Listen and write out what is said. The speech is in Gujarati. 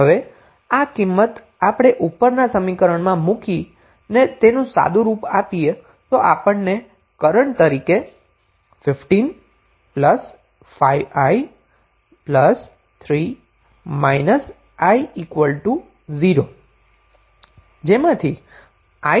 હવે આ કિંમત આપણે ઉપર ના સમીકરણ માં મુકી ને તેનું સાદુરૂપ આપીએ તો આપણને કરન્ટ તરીકે 15 5i 3 i 0 ⇒ i −4